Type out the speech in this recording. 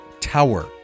tower